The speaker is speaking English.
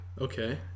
Okay